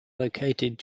located